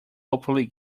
hopefully